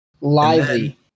Lively